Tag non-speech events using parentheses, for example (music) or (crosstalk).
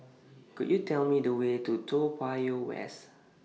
(noise) Could YOU Tell Me The Way to Toa Payoh West